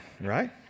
right